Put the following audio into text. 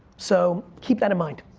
so keep that in mind.